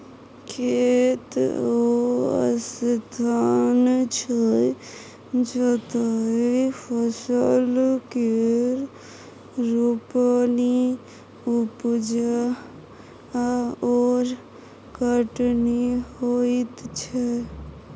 खेत ओ स्थान छै जतय फसल केर रोपणी, उपजा आओर कटनी होइत छै